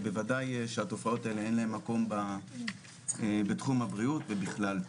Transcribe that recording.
ובוודאי שהתופעות האלה אין להן מקום בתחום הבריאות ובכלל.